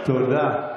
תודה.